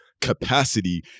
capacity